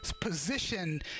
position